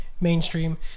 mainstream